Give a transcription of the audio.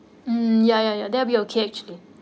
mm ya ya ya that will be okay actually